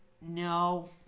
no